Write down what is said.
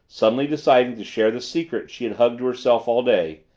suddenly deciding to share the secret she had hugged to herself all day,